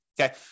Okay